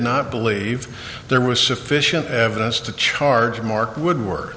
not believe there was sufficient evidence to charge mark woodwor